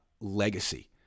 legacy